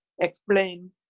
explain